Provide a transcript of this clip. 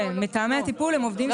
כן, מתאמי טיפול הם עובדים סוציאליים.